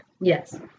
Yes